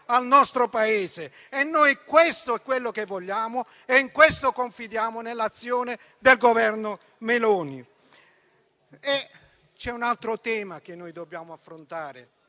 al nostro Paese. Questo è quello che vogliamo e per questo confidiamo nell'azione del Governo Meloni. C'è un altro tema che dobbiamo affrontare,